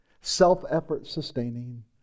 self-effort-sustaining